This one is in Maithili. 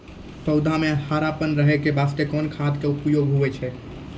पौधा म हरापन रहै के बास्ते कोन खाद के उपयोग होय छै?